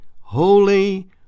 holy